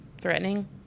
threatening